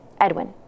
Edwin